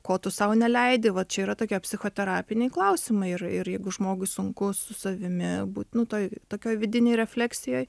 ko tu sau neleidi va čia yra tokie psichoterapiniai klausimai ir ir jeigu žmogui sunku su savimi būt nu toj tokioj vidinėj refleksijoj